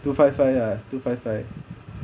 two five five ah two five five